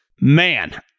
man